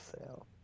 sale